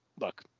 look